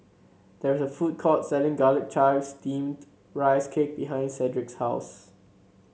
there is a food court selling Garlic Chives Steamed Rice Cake behind Cedric's house